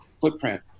footprint